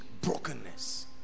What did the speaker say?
brokenness